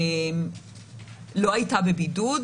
לא הייתה בבידוד.